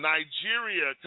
Nigeria